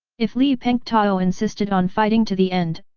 if li pengtao insisted on fighting to the end,